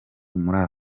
muri